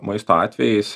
maisto atvejais